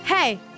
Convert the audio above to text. Hey